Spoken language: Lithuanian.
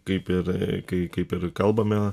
kaip ir kai kaip ir kalbame